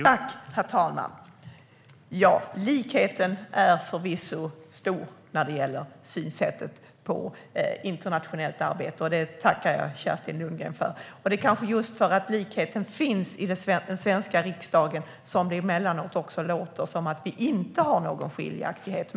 Herr talman! Likheten är förvisso stor när det gäller synsättet på internationellt arbete. Det tackar jag Kerstin Lundgren för. Det är kanske just för att likheten finns i det svenska riksdagen som det emellanåt låter som att vi inte har någon skiljaktighet.